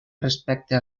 respecte